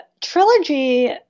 trilogy